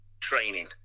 training